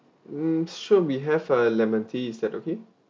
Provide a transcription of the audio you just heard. mm sure we have uh lemon tea is that okay